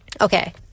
Okay